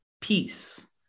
peace